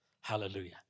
Hallelujah